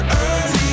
early